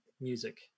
music